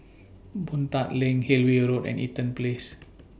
Boon Tat LINK Hillview Road and Eaton Place